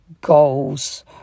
goals